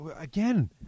Again